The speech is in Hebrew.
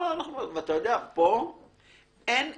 חושב שגם כדי לכם לראות איך זה מתכתב.